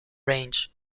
range